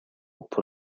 pour